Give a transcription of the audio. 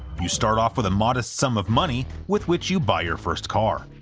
you start off with a modest sum of money, with which you buy your first car.